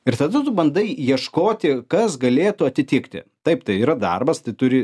ir tada tu bandai ieškoti kas galėtų atitikti taip tai yra darbas turi